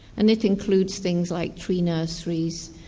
and it includes things like tree nurseries,